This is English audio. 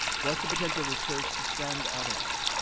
what's the potential of the church to send others,